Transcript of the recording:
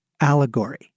allegory